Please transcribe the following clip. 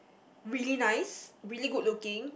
really nice really good looking